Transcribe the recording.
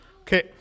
Okay